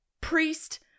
priest